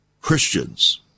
Christians